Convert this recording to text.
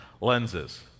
lenses